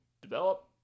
develop